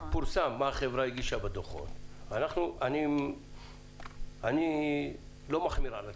פורסם מה החברה הגישה בדוחות אני לא מחמיר על עצמי.